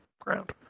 ground